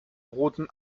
roten